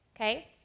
Okay